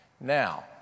Now